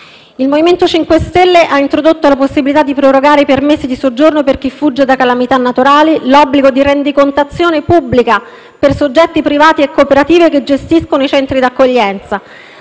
Il MoVimento 5 Stelle ha introdotto la possibilità di prorogare i permessi di soggiorno per chi fugge da calamità naturali; l'obbligo di rendicontazione pubblica per soggetti privati e cooperative che gestiscono i centri d'accoglienza;